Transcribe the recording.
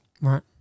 Right